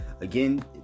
Again